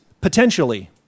potentially